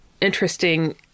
interesting